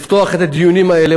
לפתוח את הדיונים האלה,